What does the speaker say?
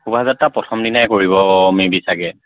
শোভাযাত্ৰা প্ৰথম দিনাই কৰিব অঁ মেবি চাগৈ